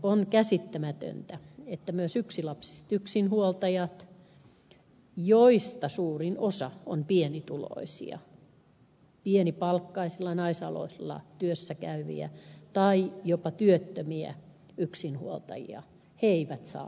on käsittämätöntä että myöskään yksilapsiset yksinhuoltajat joista suurin osa on pienituloisia pienipalkkaisilla naisaloilla työssä käyviä tai jopa työttömiä eivät saa lapsilisiin korotusta